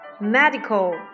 medical